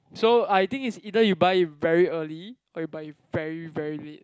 so I think is either you buy it very early or you buy it very very late